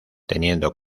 teniendo